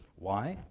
why?